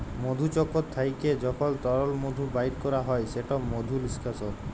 মধুচক্কর থ্যাইকে যখল তরল মধু বাইর ক্যরা হ্যয় সেট মধু লিস্কাশল